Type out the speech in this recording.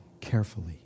carefully